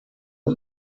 was